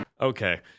Okay